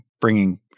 bringing